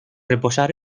reposar